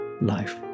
life